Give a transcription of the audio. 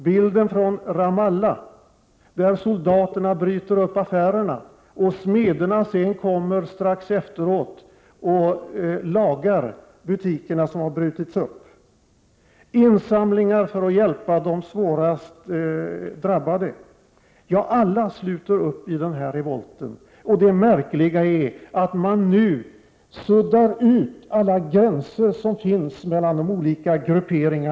Bilden från Ramallah — soldaterna bryter upp affärerna och smederna kommer strax efteråt och lagar, insamlingar för att hjälpa de svårast drabbade. Ja, alla sluter upp i den här revolten. Det märkliga är att nu suddas alla gränser ut som finns mellan de olika grupperna.